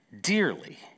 dearly